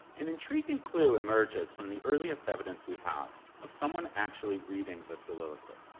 an intriguing clue emerges from the earliest evidence we have of someone actually reading the soliloquy.